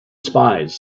spies